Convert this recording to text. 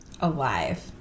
Alive